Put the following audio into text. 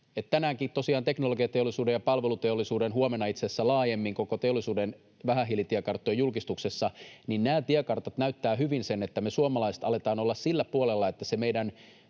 Tänäänkin tosiaan teknologiateollisuuden ja palveluteollisuuden, huomenna itse asiassa laajemmin koko teollisuuden, vähähiilitiekarttojen julkistuksessa nämä tiekartat näyttävät hyvin sen, että me suomalaiset aletaan olla sillä puolella, että se meidän